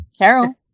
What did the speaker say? carol